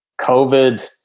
COVID